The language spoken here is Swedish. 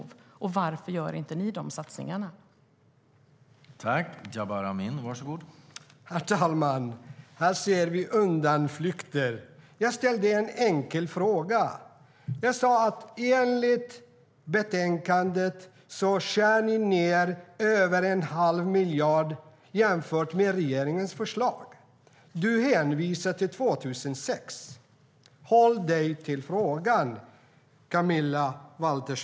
Varför gör inte ni de satsningarna?